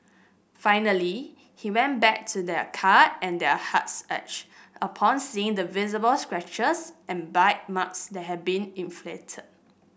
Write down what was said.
finally he went back to their car and their hearts ached upon seeing the visible scratches and bite marks that had been inflicted